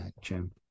Jim